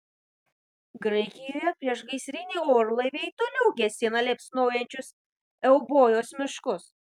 graikijoje priešgaisriniai orlaiviai toliau gesina liepsnojančius eubojos miškus